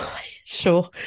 Sure